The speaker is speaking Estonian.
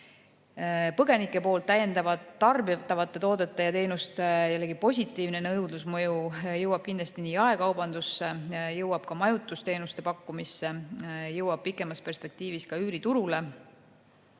Põgenike poolt täiendavalt tarbitavate toodete ja teenuste positiivse nõudluse mõju jõuab kindlasti jaekaubandusse, jõuab majutusteenuste pakkumisse, jõuab pikemas perspektiivis ka üüriturule.